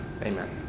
amen